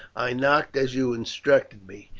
i knocked as you instructed me,